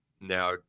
Now